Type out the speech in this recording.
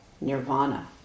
nirvana